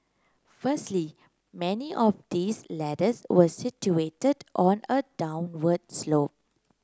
firstly many of these ladders were situated on a downward slope